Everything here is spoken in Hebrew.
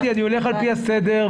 קטי אני הולך לפי הסדר.